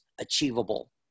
achievable